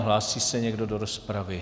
Hlásí se někdo do rozpravy?